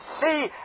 see